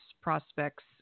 prospects